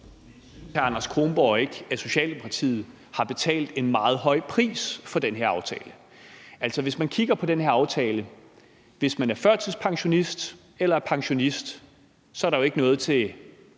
ikke, at Socialdemokratiet har betalt en meget høj pris for den her aftale? Altså, hvis man kigger på den her aftale, er der jo ikke noget til førtidspensionisten eller pensionisten; så er der jo ikke noget til